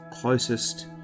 closest